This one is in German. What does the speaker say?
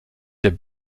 der